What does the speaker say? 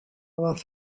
fath